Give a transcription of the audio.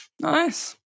Nice